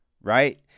right